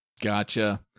Gotcha